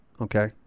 okay